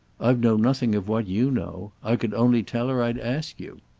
i've known nothing of what you know. i could only tell her i'd ask you.